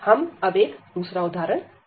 हम अब एक दूसरा उदाहरण करते हैं